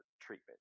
treatment